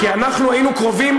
כי אנחנו היינו קרובים,